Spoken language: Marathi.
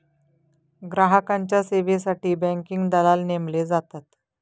ग्राहकांच्या सेवेसाठी बँकिंग दलाल नेमले जातात